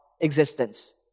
existence